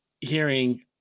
hearing